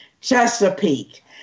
Chesapeake